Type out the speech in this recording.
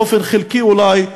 באופן חלקי אולי,